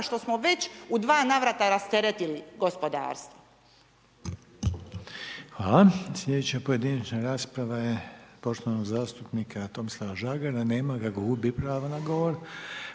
što smo već u dva navrata rasteretili gospodarstvo. **Reiner, Željko (HDZ)** Hvala. Slijedeća pojedinačna rasprava je poštovanog zastupnika Tomislava Žagara. Nema ga, gubi pravo na govor.